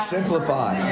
Simplify